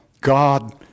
God